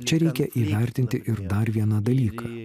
čia reikia įvertinti ir dar vieną dalyką